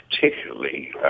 particularly